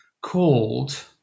called